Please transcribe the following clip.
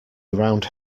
around